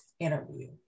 interview